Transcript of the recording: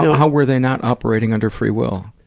how, how were they not operating under free will?